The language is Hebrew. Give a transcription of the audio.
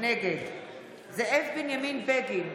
נגד זאב בנימין בגין,